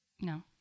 No